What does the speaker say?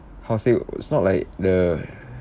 how to say it was not like the